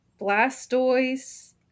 Blastoise